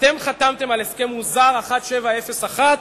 אתם חתמתם על הסכם מוזר, 1701,